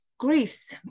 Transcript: Greece